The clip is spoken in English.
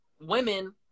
women